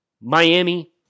Miami